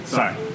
Sorry